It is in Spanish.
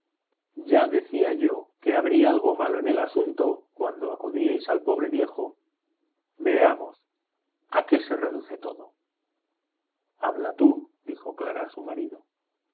ya decía yo que habría algo malo en el asunto cuando acudíais al pobre viejo veamos a qué se reduce todo habla tú dijo clara a su marido